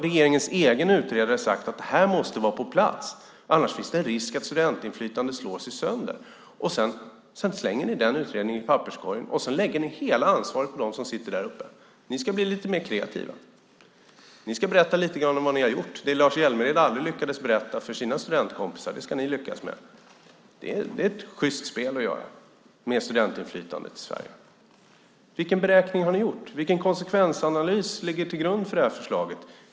Regeringens egen utredare har sagt att det måste vara på plats, annars finns det en risk att studentinflytandet slås sönder. Men sedan slänger ni den utredningen i papperskorgen och lägger hela ansvaret på dem som sitter där uppe. Ni ska bli lite mer kreativa. Ni ska berätta lite grann om vad ni har gjort. Det Lars Hjälmered aldrig lyckades berätta för sina studentkompisar ska ni lyckas med. Det är ett sjyst spel med hjälp av studentinflytandet i Sverige. Vilken beräkning har ni gjort? Vilken konsekvensanalys ligger till grund för förslaget?